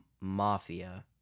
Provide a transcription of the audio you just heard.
Mafia